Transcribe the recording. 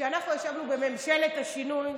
כשאנחנו ישבנו בממשלת השינוי,